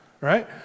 right